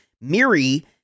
Miri